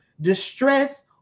distress